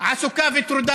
עסוקה וטרודה